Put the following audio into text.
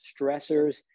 stressors